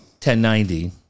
1090